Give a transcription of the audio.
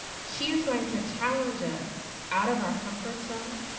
she is going to challenge us out of our comfort zone